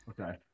Okay